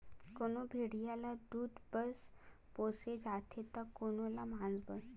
कोनो भेड़िया ल दूद बर पोसे जाथे त कोनो ल मांस बर